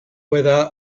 when